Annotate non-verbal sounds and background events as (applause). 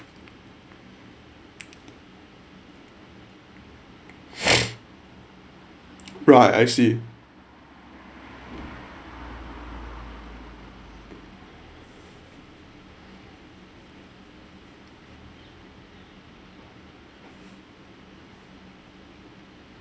(breath) right I see